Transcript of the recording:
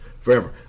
Forever